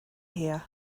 here